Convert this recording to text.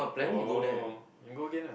oh go again lah